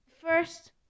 First